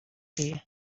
chi